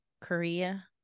Korea